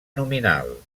nominal